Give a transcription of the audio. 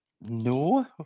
No